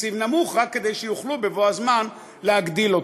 תקציב נמוך, רק כדי שיוכלו בבוא הזמן להגדיל אותו,